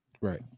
right